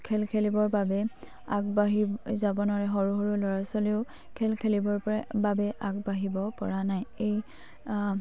খেল খেলিবৰ বাবে আগবাঢ়ি যাব নোৱাৰে সৰু সৰু ল'ৰা ছোৱালীয়েও খেল খেলিবৰ পৰা বাবে আগবাঢ়িব পৰা নাই এই